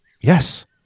yes